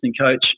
coach